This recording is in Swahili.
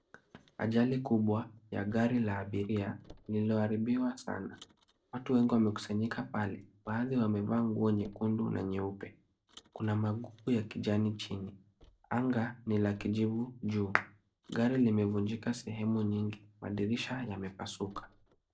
Ajali kubwa ya gari la abiria lililoharibiwa sana .Watu wengi wamekusanyika pale ,baadhi wamevaa nguo nyekundu na nyeupe Kuna magugu ya kijani chini ,anga ni la kijivu juu. Gari limevunjika sehemu nyingi, madirisha yamepasuka.